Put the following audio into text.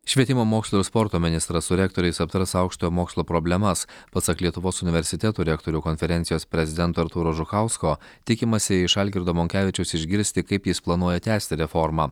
švietimo mokslo ir sporto ministras su rektoriais aptars aukštojo mokslo problemas pasak lietuvos universitetų rektorių konferencijos prezidento artūro žukausko tikimasi iš algirdo monkevičiaus išgirsti kaip jis planuoja tęsti reformą